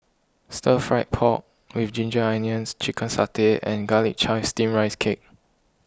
Stir Fried Pork with Ginger Onions Chicken Satay and Garlic Chives Steamed Rice Cake